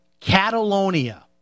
Catalonia